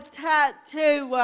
tattoo